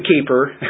keeper